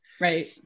Right